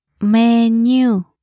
Menu